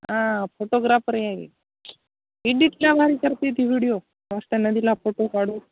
हा फोटोग्राफर आहे इडिट लावार करते ती व्हिडीओ फष्ट नदीला फोटो काढू